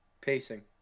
Pacing